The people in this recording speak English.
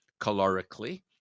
calorically